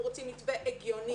אנחנו רוצים מתווה הגיוני,